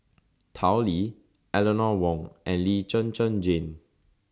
Tao Li Eleanor Wong and Lee Zhen Zhen Jane